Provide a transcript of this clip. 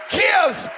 gives